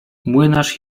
młynarz